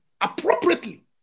appropriately